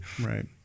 Right